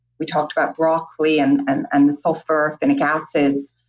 we talked about broccoli and and and the sulfur folinic acids,